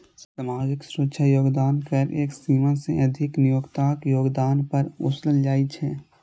सामाजिक सुरक्षा योगदान कर एक सीमा सं अधिक नियोक्ताक योगदान पर ओसूलल जाइ छै